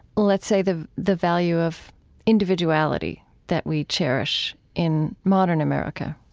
let's say, the the value of individuality that we cherish in modern america